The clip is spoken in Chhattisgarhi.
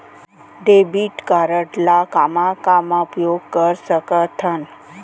डेबिट कारड ला कामा कामा उपयोग कर सकथन?